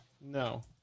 No